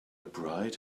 bride